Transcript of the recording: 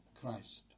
Christ